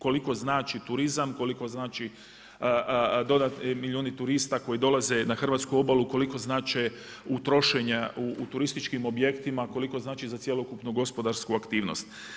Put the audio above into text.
Koliko znači turizam, koliko znači milijuni turista koji dolaze na hrvatsku obalu, koliko znače trošenja u turističkim objektima koliko znači za cjelokupnu gospodarsku aktivnost.